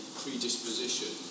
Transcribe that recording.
predisposition